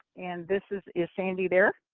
and this is is sandy there?